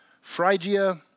Phrygia